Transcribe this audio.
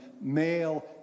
male